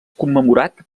commemorat